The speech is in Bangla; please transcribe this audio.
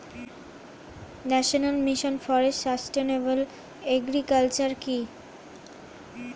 National mission for sustainable agriculture কি?